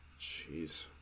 Jeez